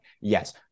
Yes